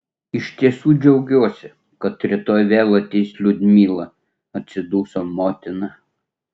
iš tiesų džiaugiuosi kad rytoj vėl ateis liudmila atsiduso motina